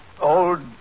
old